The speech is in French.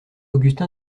augustin